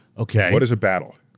okay. what is a battle?